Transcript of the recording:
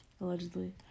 Allegedly